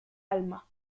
alma